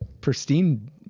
pristine-